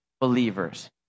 believers